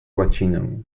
łacinę